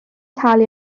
talu